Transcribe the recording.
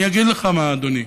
אני אגיד לך מה, אדוני.